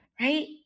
right